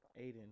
Aiden